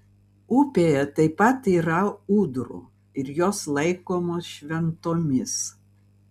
upėje taip pat yra ūdrų ir jos laikomos šventomis